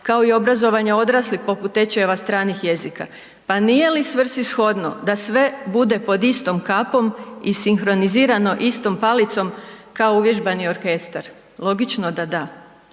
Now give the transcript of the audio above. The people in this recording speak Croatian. kao i obrazovanje odraslih poput tečajeva stranih jezika. Pa nije li svrsishodno da sve bude pod istom kapom i sinkronizirano istom palicom kao uvježbani orkestar, logično da da.